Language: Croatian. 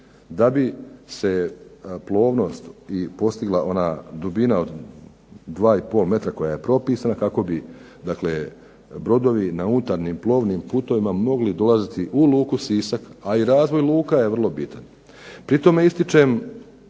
da bi se plovnost i postigla ona dubina od 2,5 m kako je propisana kako bi brodovi na unutarnjim plovnim putovima mogli dolaziti u luku Sisak, a i razvoj luka je vrlo bitan. Pri tome ističem